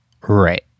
Right